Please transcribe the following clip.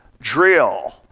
drill